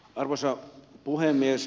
arvoisa puhemies